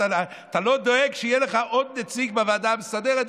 אתה לא דואג שיהיה לך עוד נציג בוועדה המסדרת?